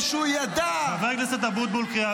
חבר הכנסת אבוטבול, קריאה ראשונה.